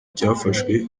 cyafashwe